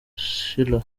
schiller